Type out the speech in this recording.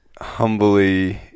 humbly